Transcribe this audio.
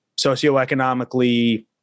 socioeconomically